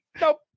nope